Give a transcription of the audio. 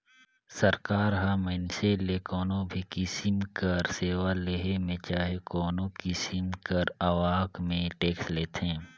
सरकार ह मइनसे ले कोनो भी किसिम कर सेवा लेहे में चहे कोनो किसिम कर आवक में टेक्स लेथे